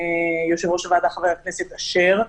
יושב-ראש הוועדה חבר הכנסת אשר.